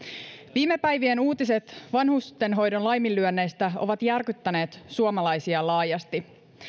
viime päivien uutiset vanhustenhoidon laiminlyönneistä ovat järkyttäneet suomalaisia laajasti